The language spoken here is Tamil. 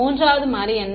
மூன்றாவது மாறி என்ன